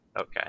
Okay